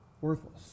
worthless